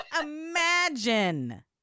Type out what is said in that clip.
imagine